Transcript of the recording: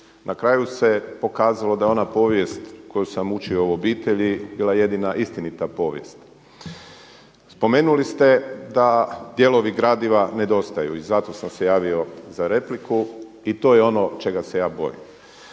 Na kraju se pokazalo da je ona povijest koju sam učio u obitelji bila jedina istinita povijest. Spomenuli ste da dijelovi gradiva nedostaju i zato sam se javio za repliku i to je ono čega se ja bojim.